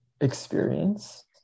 experience